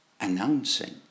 Announcing